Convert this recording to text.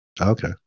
Okay